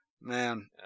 Man